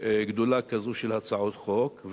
גדולה כזו של הצעות חוק.